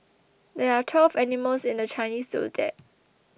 there are twelve animals in the Chinese zodiac